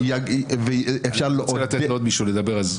אני רוצה לתת לעוד מישהו לדבר.